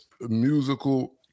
musical